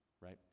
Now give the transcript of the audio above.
right